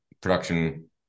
production